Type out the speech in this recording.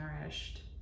nourished